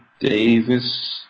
Davis